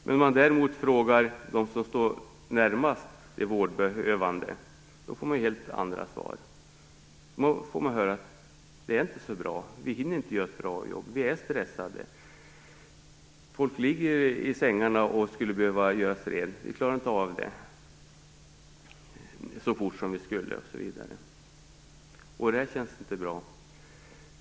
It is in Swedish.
Om man däremot frågar dem som står närmast de vårdbehövande får man helt andra svar: Det är inte så bra. Vi hinner inte göra ett bra jobb. Vi är stressade. Folk ligger i sängarna och skulle behöva göras rena, men vi klarar inte av det så fort som vi borde. Det känns inte bra.